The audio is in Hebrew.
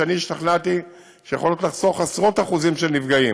שאני השתכנעתי שיכולות לחסוך עשרות אחוזים של נפגעים.